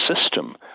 system